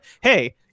Hey